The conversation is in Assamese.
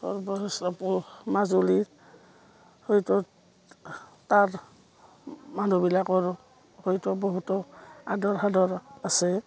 সৰ্বসাপ মাজুলীৰ হয়তো তাৰ মানুহবিলাকৰ হয়তো বহুতো আদৰ সাদৰ আছে